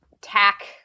tack